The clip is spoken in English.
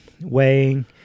weighing